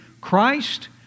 Christ